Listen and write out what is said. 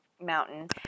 mountain